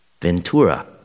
Ventura